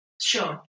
Sure